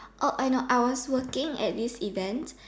oh I know I was working at this event